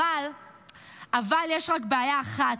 אבל יש רק בעיה אחת,